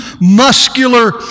muscular